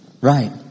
Right